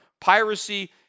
Piracy